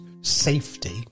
safety